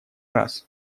раз